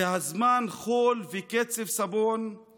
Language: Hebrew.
והזמן חול וקצף סבון /